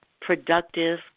productive